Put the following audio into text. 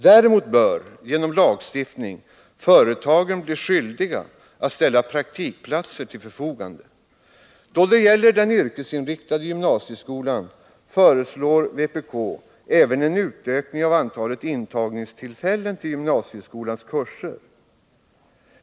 Däremot bör genom lagstiftning företagen bli skyldiga att ställa praktikplatser till förfogande. Då det gäller den yrkesinriktade gymnasieskolan föreslår vpk även en utökning av antalet intagningstillfällen till gymnasieskolans kurser.